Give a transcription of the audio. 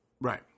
Right